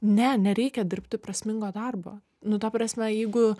ne nereikia dirbti prasmingo darbo nu ta prasme jeigu